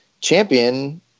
champion